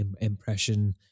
impression